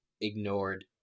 ignored